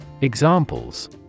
Examples